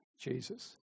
Jesus